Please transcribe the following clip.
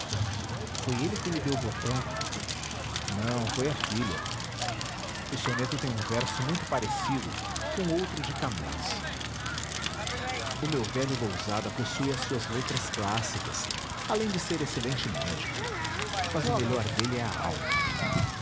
foi ele que lhe deu o botão não foi a filha o soneto tem um verso muito parecido com outro de camões o meu velho lousada possui as suas letras clássicas além de ser excelente médico mas o melhor dele é a alma